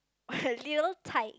little tyke